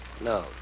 No